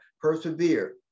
persevere